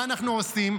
מה אנחנו עושים?